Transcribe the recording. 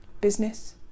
Business